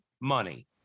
money